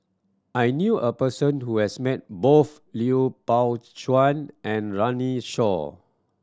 I knew a person who has met both Lui Pao Chuen and Runme Shaw